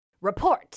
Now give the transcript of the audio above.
Report